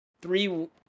three